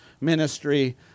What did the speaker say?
ministry